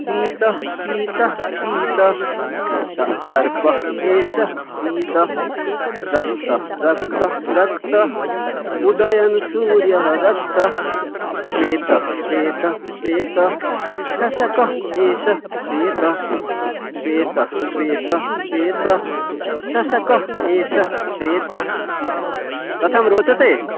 पीतः पीतः पीतः स सर्पहः एषः पीतः रक्तः रक्तः रक्तः उदयन् सूर्यः रक्तः श्वेतः श्वेतः श्वेतः शशकः एषः श्वेतः श्वेतः श्वेतः श्वेतः शशकः एषः श्वेतः कथं रोचते